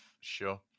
sure